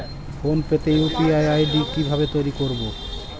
Phone pay তে UPI ID কি ভাবে তৈরি করবো?